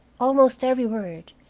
almost every word,